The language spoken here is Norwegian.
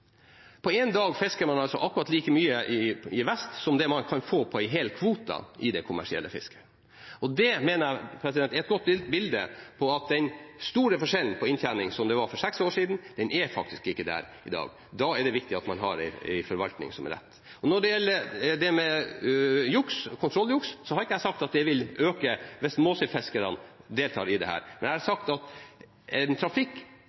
På en dag fisker man altså akkurat like mye i vest som det man kan få på en hel kvote i det kommersielle fisket. Det mener jeg er et godt bilde på at den store forskjellen på inntjening som det var for seks år siden, den er faktisk ikke der i dag. Da er det viktig at man har en forvaltning som er rett. Når det gjelder kontrolljuks, har ikke jeg sagt at det vil øke hvis Måsøy-fiskerne deltar i dette. Men jeg har sagt at en trafikk